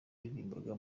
yaririmbaga